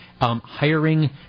Hiring